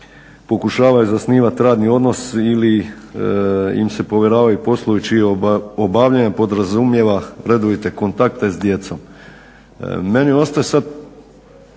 pokušavaju zasnivati radni odnos ili im se povjeravaju poslovi čije obavljanje podrazumijeva preduvjete kontakta i s djecom. Meni preostaje sad,